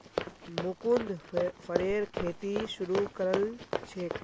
मुकुन्द फरेर खेती शुरू करल छेक